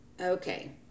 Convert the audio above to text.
Okay